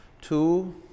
Two